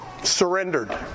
surrendered